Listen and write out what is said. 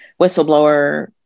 whistleblower